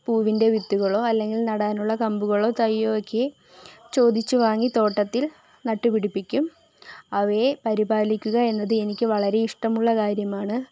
പൂവിൻ്റെ വിത്തുകളോ അല്ലെങ്കിൽ നടാനുള്ള കമ്പുകളോ തയ്യാക്കി ചോദിച്ച് വാങ്ങി തോട്ടത്തിൽ നട്ട് പിടിപ്പിക്കും അവയെ പരിപാലിക്കുക എന്നത് എനിക്ക് വളരെ ഇഷ്ടമുള്ള കാര്യമാണ്